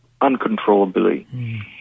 uncontrollably